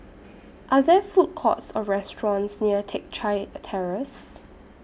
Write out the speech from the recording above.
Are There Food Courts Or restaurants near Teck Chye Terrace